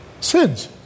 sins